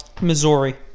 Missouri